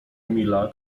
emila